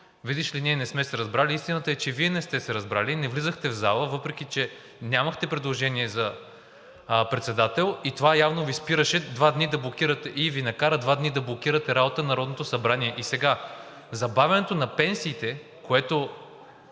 видиш ли, ние не сме се разбрали. Истината е, че Вие не сте се разбрали. Не влизахте в залата, въпреки че нямахте предложение за председател, това явно Ви спираше и Ви накара два дни да блокирате работата на Народното събрание. И сега забавянето на пенсиите, което